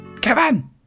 Kevin